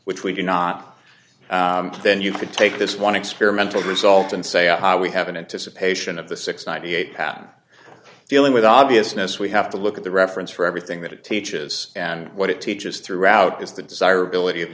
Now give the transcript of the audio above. which we do not then you could take this one experimental result and say aha we have an anticipation of the six ninety eight pattern dealing with obviousness we have to look at the reference for everything that it teaches and what it teaches throughout is the desirability of